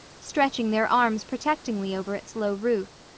stretching their arms protectingly over its low roof.